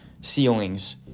ceilings